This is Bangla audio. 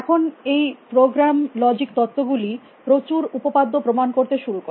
এখন এই প্রোগ্রাম লজিক তত্ত্ব গুলি প্রচুর উপপাদ্য প্রমাণ করতে শুরু করে